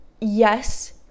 yes